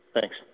Thanks